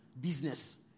Business